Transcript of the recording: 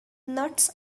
nuts